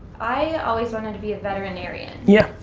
i always wanted to be a veterinarian. yeah.